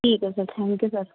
ਠੀਕ ਹੈ sir thank you sir